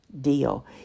deal